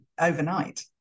overnight